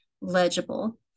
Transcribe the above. legible